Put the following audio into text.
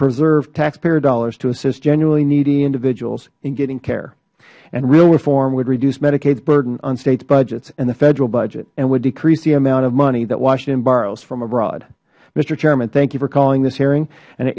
preserve taxpayer dollars to assist genuinely needy individuals in getting care real reform would reduce medicaid burden on state budgets and the federal budget and would decrease the amount of money that washington borrows from abroad mister chairman thank you for calling this hearing